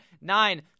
nine